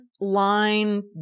line